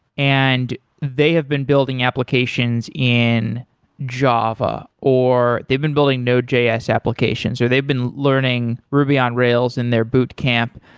and they have been building applications in java, or they've been building nodejs applications, so they've been learning ruby on rails in their boot camp.